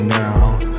now